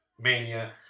Mania